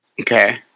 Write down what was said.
Okay